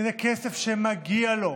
כי זה כסף שמגיע לו.